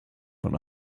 von